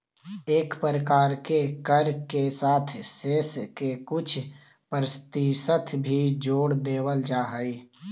कए प्रकार के कर के साथ सेस के कुछ परतिसत भी जोड़ देवल जा हई